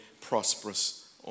prosperous